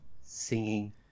singing